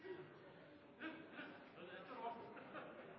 Med det tar jeg